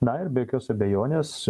na ir be jokios abejonės